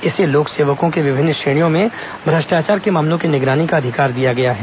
इसे लोकसेवकों की विभिन्न श्रेणियों में भ्रष्टाचार के मामलों की निगरानी का अधिकार दिया गया है